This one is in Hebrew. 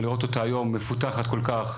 ולראות אותה היום מפותחת כל כך,